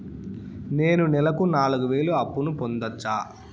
నేను నెలకు నాలుగు వేలు అప్పును పొందొచ్చా?